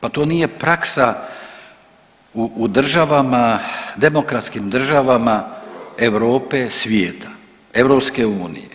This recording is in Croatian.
Pa to nije praksa u državama, demokratskim državama Europe, svijeta, EU.